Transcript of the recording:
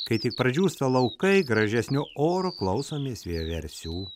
kai tik pradžiūsta laukai gražesniu oru klausomės vieversių